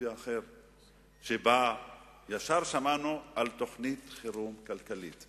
זה ששרגא ברוש הסכים לו והאוצר בוודאי הסכים